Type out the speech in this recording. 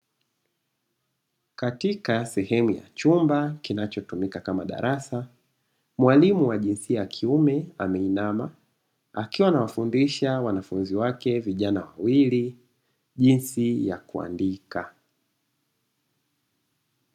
Katika sehemu ya chumba kinachotumika kama darasa, mwalimu wa jinsia ya kiume ameinama akiwa anawafundisha wanafunzi wake vijana wawili jinsi ya kuandika.